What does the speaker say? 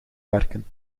werken